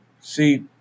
See